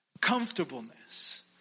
comfortableness